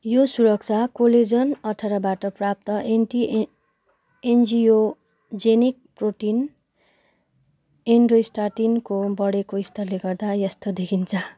यो सुरक्षा कोलेजन अठारबाट प्राप्त एन्टी ए एन्जियोजेनिक प्रोटिन एन्डोस्टाटिनको बढेको स्तरले गर्दा यस्तो देखिन्छ